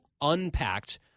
unpacked